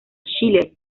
schiller